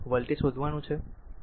voltage શોધવાનું છે